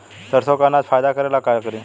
सरसो के अनाज फायदा करेला का करी?